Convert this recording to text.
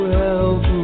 help